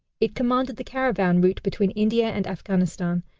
it commanded the caravan route between india and afghanistan,